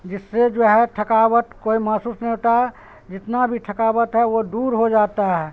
جس سے جو ہے تھکاوٹ کوئی محسوس نہیں ہوتا جتنا بھی تھکاوٹ ہے وہ دور ہو جاتا ہے